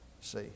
see